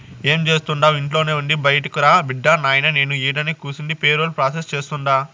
ఏం జేస్తండావు ఇంట్లోనే ఉండి బైటకురా బిడ్డా, నాయినా నేను ఈడనే కూసుండి పేరోల్ ప్రాసెస్ సేస్తుండా